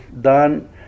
done